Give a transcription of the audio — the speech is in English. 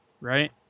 Right